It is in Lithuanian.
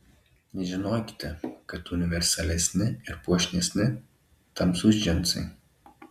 žinokite kad universalesni ir puošnesni tamsūs džinsai